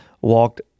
walked